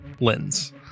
lens